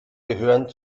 gehören